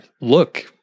look